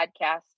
podcast